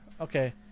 Okay